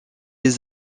les